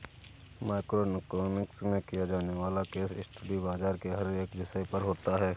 micro economics में किया जाने वाला केस स्टडी बाजार के हर एक विषय पर होता है